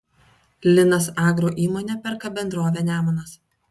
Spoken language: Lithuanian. linas agro įmonė perka bendrovę nemunas